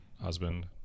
husband